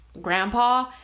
grandpa